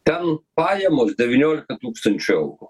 ten pajamos devyniolika tūkstančių eurų